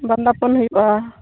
ᱵᱟᱸᱫᱟᱯᱚᱱ ᱦᱩᱭᱩᱜᱼᱟ